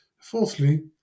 Fourthly